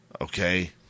okay